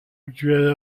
actuel